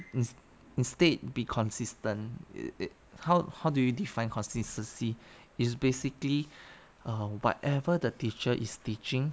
in instead be consistent is it how how do you define consistency is basically err whatever the teacher is teaching